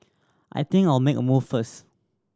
I think I'll make a move first